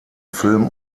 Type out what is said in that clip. film